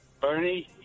Bernie